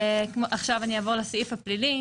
עכשיו אני אעבור לסעיף הפלילי.